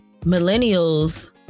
millennials